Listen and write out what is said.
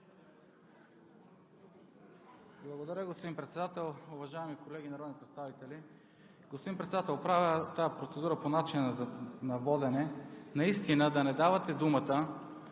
Благодаря, господин Председател! Уважаеми колеги народни представители! Господин Председател, правя тази процедура по начина на водене – наистина да не давате думата